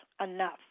enough